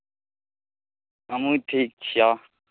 हमहूँ ठीक छिअ